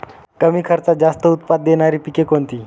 कमी खर्चात जास्त उत्पाद देणारी पिके कोणती?